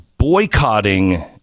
boycotting